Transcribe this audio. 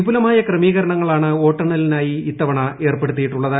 വിപുലമായ ക്രമീകരണങ്ങളാണ് വോട്ടെണ്ണലിനായി ഇത്തവണ ഏർപ്പെടുത്തിയിട്ടുള്ളത്